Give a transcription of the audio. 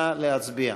נא להצביע.